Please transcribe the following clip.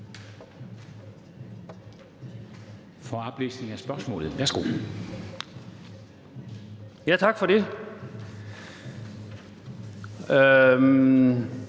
for oplæsning af spørgsmålet. Værsgo. Kl. 15:25 Preben